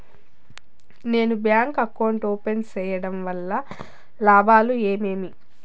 నేను bank account open సేయడం వల్ల లాభాలు ఏమేమి?